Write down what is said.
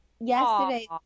Yesterday